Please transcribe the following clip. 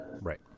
Right